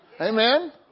Amen